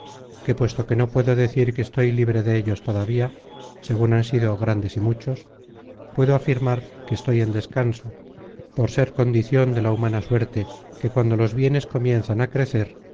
que puesto que no puedo decir que estoy libre de ellos todavía segun han sido grandes y muchos puedo afirmar que estoy en descanso por ser condicion de la humana suerte que cuando los bienes comienzan a crecer